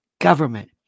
government